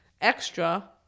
extra